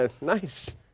nice